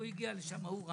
הגיע לשם ואמר